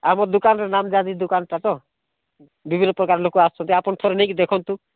ଆମ ଦୋକାନର ନାମଜାଦା ଦୋକାନଟା ତ ବିଭିନ୍ନ ପ୍ରକାର ଲୋକ ଆସନ୍ତି ଆପଣ ଥରେ ନେଇକରି ଦେଖନ୍ତୁ